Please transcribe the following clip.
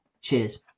Cheers